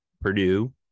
Purdue